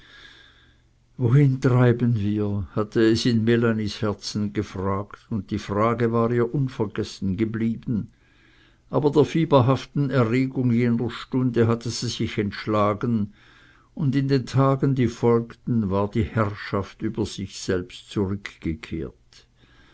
wohin treiben wir hatte es in melanies herzen gefragt und die frage war ihr unvergessen geblieben aber der fieberhaften erregung jener stunde hatte sie sich entschlagen und in den tagen die folgten war ihr die herrschaft über sich selbst zurückgekehrt